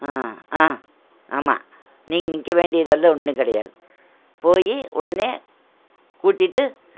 ஆ ஆ ஆமாம் நீங்கள் நிற்க வேண்டியதெல்லாம் ஒன்றும் கிடையாது போய் உடனே கூட்டிகிட்டு